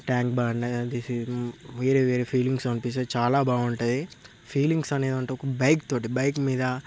tank Bund వేరే వేరే feelings అనిపిస్తది చాలా బాగుంటది ఫీలింగ్స్ అనే దాంతో బైక్ తోటి బైక్ మీద